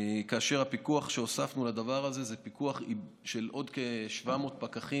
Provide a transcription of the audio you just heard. כאשר הפיקוח שהוספנו לדבר הזה הוא פיקוח של עוד כ-700 פקחים